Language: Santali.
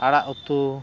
ᱟᱲᱟᱜ ᱩᱛᱩ